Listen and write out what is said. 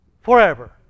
forever